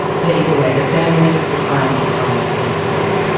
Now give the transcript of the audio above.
but either way, the family declined to comment for this story.